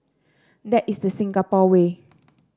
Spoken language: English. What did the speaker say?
that is the Singapore way